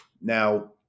Now